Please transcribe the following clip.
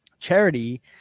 charity